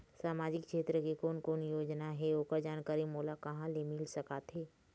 सामाजिक क्षेत्र के कोन कोन योजना हे ओकर जानकारी मोला कहा ले मिल सका थे?